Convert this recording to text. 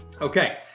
Okay